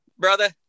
brother